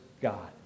God